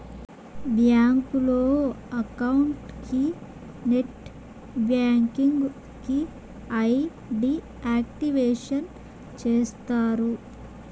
బ్యాంకులో అకౌంట్ కి net banking కి ఐ.డి యాక్టివేషన్ చేస్తారు